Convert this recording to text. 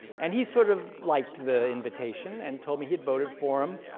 and he sort of liked the invitation, and told me he'd voted for him,